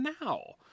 now